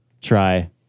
try